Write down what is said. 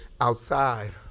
outside